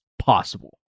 possible